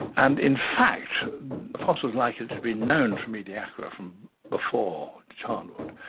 and in fact fossils like it had been known from ediacara from before charnwood,